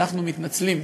אנחנו מתנצלים,